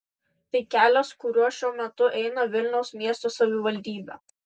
tai kelias kuriuo šiuo metu eina vilniaus miesto savivaldybė